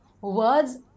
words